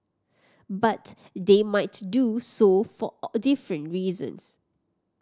but they might do so for a different reasons